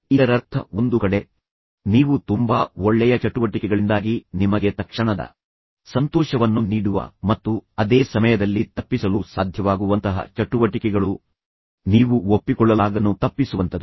ಇದರರ್ಥ ಒಂದು ಕಡೆ ನೀವು ತುಂಬಾ ಒಳ್ಳೆಯ ಚಟುವಟಿಕೆಗಳಿಂದಾಗಿ ನಿಮಗೆ ತಕ್ಷಣದ ಸಂತೋಷವನ್ನು ನೀಡುವ ಮತ್ತು ಅದೇ ಸಮಯದಲ್ಲಿ ತಪ್ಪಿಸಲು ಸಾಧ್ಯವಾಗುವಂತಹ ಚಟುವಟಿಕೆಗಳು ನೀವು ಒಪ್ಪಿಕೊಳ್ಳಲಾಗದನ್ನು ತಪ್ಪಿಸುವಂತದು